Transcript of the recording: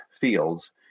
fields